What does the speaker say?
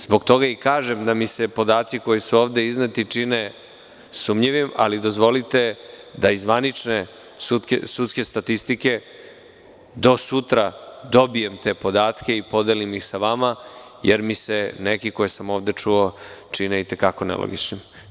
Zbog toga i kažem da mi se podaci koji su ovde izneti čine sumnjivim, ali dozvolite da iz zvanične sudske statistike do sutra dobijem te podatke i podelim ih sa vama, jer mi se neki koje sam ovde čuo čine i te kako nelogičnim.